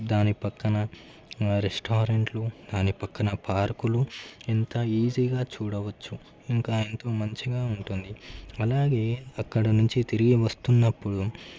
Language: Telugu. దాని పక్కన రెస్టారెంట్లు దాని పక్కన పార్కులు ఎంత ఈజీగా చూడవచ్చు ఇంకా ఎంతో మంచిగా ఉంటుంది అలాగే అక్కడ నుంచి తిరిగి వస్తున్నప్పుడు